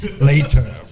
later